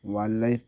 wild life